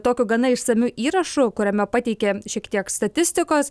tokiu gana išsamiu įrašu kuriame pateikė šiek tiek statistikos